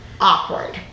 Awkward